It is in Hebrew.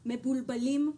מבולבלים,